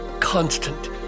constant